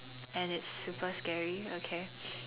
and it is super scary okay